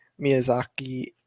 miyazaki